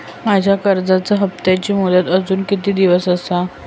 माझ्या कर्जाचा हप्ताची मुदत अजून किती दिवस असा?